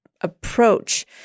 approach